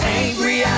angry